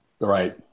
right